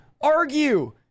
argue